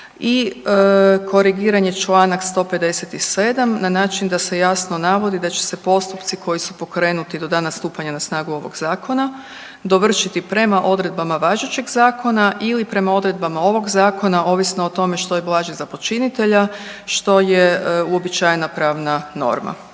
I korigiran je članak 157. na način da se jasno navodi da će se postupci koji su pokrenuti do dana stupanja na snagu ovog zakona dovršiti prema odredbama važećeg zakona ili prema odredbama ovog zakona ovisno o tome što je blaže za počinitelja, što je uobičajena pravna norma.